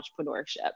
entrepreneurship